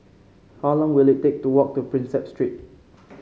how long will it take to walk to Prinsep Street